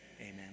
amen